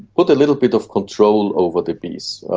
put a little bit of control over the bees,